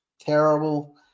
terrible